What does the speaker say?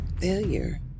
failure